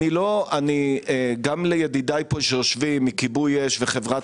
גם לידידיי שיושבים פה מכיבוי אש ומחברת